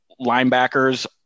linebackers